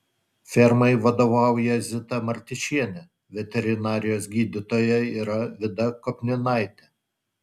fermai vadovauja zita martyšienė veterinarijos gydytoja yra vida kopninaitė